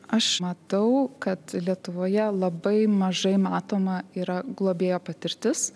aš matau kad lietuvoje labai mažai matoma yra globėjo patirtis